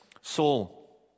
Saul